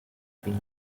been